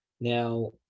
Now